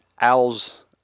owls